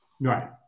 Right